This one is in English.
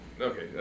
Okay